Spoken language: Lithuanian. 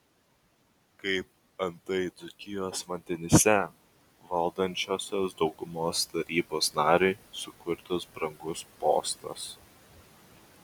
kaip antai dzūkijos vandenyse valdančiosios daugumos tarybos nariui sukurtas brangus postas